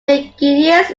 mcguinness